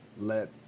let